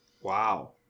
wow